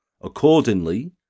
accordingly